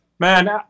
Man